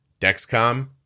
Dexcom